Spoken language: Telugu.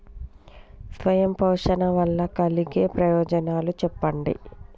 స్వయం పోషణ వల్ల కలిగే ప్రయోజనాలు చెప్పండి?